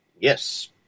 Yes